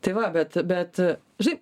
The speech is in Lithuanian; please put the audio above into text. tai va bet bet žinai